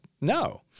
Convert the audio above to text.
No